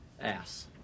Ass